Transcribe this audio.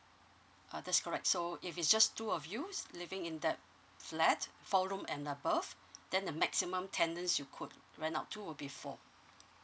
uh that's correct so if it's just two of you living in that flat four room and above then the maximum tenants you could rent out to will be four